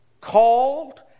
called